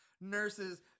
nurses